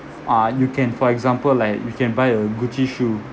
uh you can for example like you can buy a gucci shoe